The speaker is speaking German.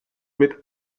mit